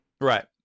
Right